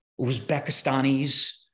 Uzbekistanis